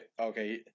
Okay